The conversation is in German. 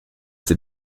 den